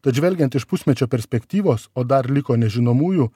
tad žvelgiant iš pusmečio perspektyvos o dar liko nežinomųjų